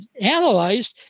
analyzed